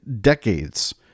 decades